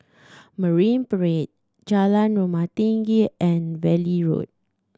Marine Parade Jalan Rumah Tinggi and Valley Road